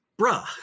bruh